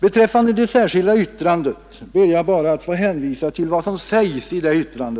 Beträffande det särskilda yttrandet ber jag endast att få hänvisa till vad som där sägs om anslaget till KRUM.